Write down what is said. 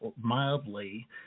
mildly